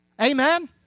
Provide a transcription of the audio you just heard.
Amen